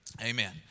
Amen